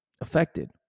affected